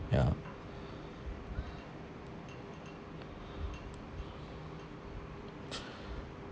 ya